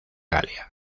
galia